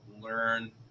learn